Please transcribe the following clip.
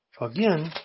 again